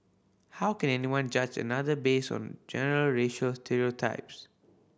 how can anyone judge another based on general racial stereotypes